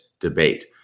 debate